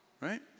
right